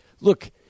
look—